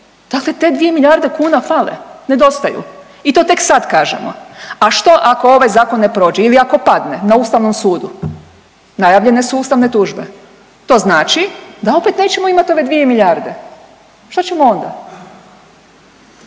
dakle te dvije milijarde kuna fale, nedostaju i to tek sad kažemo, a što ako ovaj zakon ne prođe ili ako padne na ustavnom sudu, najavljene su ustavne tužbe. To znači da opet nećemo imat ove dvije milijarde, šta ćemo onda?